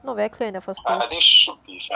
not very clear in the first place